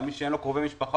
מי שאין לו קרובי המשפחה.